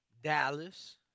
Dallas